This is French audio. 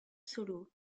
solo